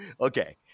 Okay